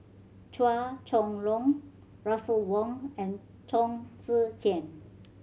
Chua Chong Long Russel Wong and Chong Tze Chien